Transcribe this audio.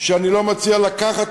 שאני לא מציע לקחת,